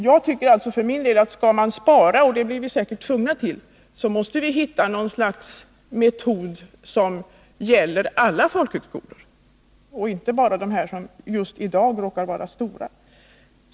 Jag tycker alltså för min del att skall man spara — och det blir vi säkert tvungna till — måste vi hitta en metod som gäller alla folkhögskolor och inte bara dem som just i dag råkar vara stora.